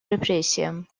репрессиям